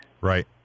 Right